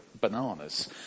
bananas